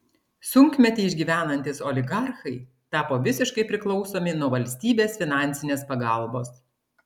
sunkmetį išgyvenantys oligarchai tapo visiškai priklausomi nuo valstybės finansinės pagalbos